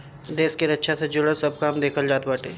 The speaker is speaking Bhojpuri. देस के रक्षा से जुड़ल सब काम देखल जात बाटे